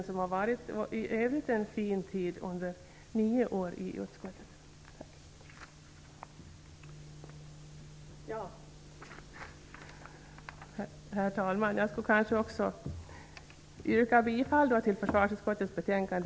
Det har i övrigt varit en fin tid under nio år i utskottet. Herr talman! Jag vill yrka bifall till hemställan i sin helhet i försvarsutskottets betänkande.